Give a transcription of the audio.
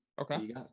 Okay